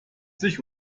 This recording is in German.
sich